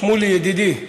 שמולי ידידי,